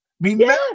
Remember